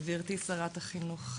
גברתי שרת החינוך,